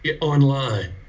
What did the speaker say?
online